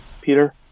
Peter